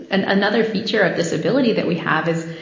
and another feature of this ability that we have is,